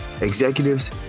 executives